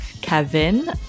Kevin